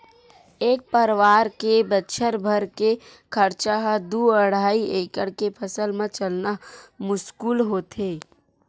एक परवार के बछर भर के खरचा ह दू अड़हई एकड़ के फसल म चलना मुस्कुल होथे